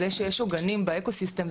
זה שיש עוגנים באקו סיסטם,